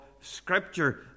scripture